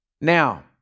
Now